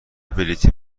بلیطی